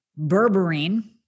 berberine